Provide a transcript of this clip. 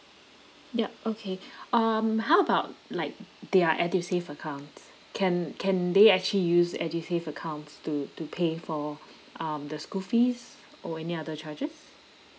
yup okay um how about like their edusave account can can they actually use the edusave accounts to to pay for um the school fees or any other charges